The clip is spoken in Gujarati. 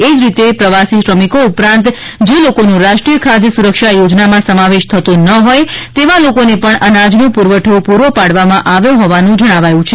એજ રીતે પ્રવાસી શ્રમિકો ઉપરાંત જે લોકોનો રાષ્ટ્રીય ખાદ્ય સુરક્ષા યોજનામાં સમાવેશ થતો ન હોય તેવા લોકોને પણ અનાજનો પુરવઠો પૂરો પાડવામાં આવ્યો હોવાનું જણાવાયું છે